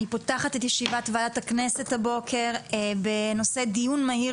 אני פותחת את ישיבת ועדת הכנסת הבוקר בנושא דיון מהיר